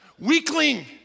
weakling